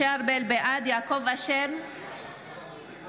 (קוראת בשמות חברי הכנסת)